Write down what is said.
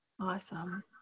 Awesome